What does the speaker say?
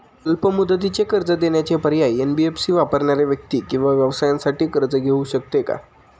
अल्प मुदतीचे कर्ज देण्याचे पर्याय, एन.बी.एफ.सी वापरणाऱ्या व्यक्ती किंवा व्यवसायांसाठी कर्ज घेऊ शकते का?